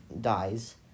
dies